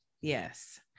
Yes